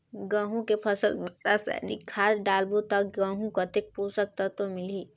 गंहू के फसल मा रसायनिक खाद डालबो ता गंहू कतेक पोषक तत्व मिलही?